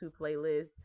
playlist